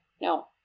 no